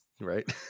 right